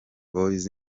boys